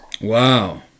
Wow